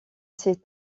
ces